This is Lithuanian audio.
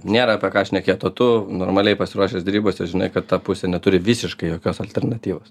nėra apie ką šnekėt o tu normaliai pasiruošęs derybose žinai kad ta pusė neturi visiškai jokios alternatyvos